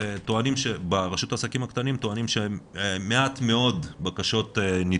וברשות לעסקים קטנים טוענים שמעט מאוד בקשות נדחו.